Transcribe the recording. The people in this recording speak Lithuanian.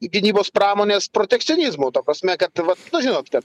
gynybos pramonės protekcionizmu ta prasme kad vat nu žinot kad